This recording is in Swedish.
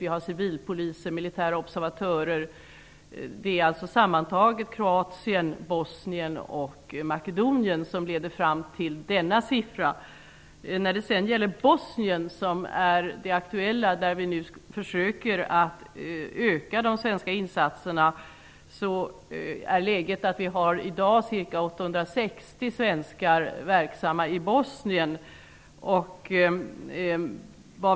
Vi har t.ex. civilpoliser och militära observatörer. Siffran gäller för Kroatien, I Bosnien, som nu är aktuell, försöker vi öka de svenska insatserna. I dag är ca 860 svenskar verksamma i Bosnien.